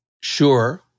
Sure